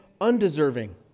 undeserving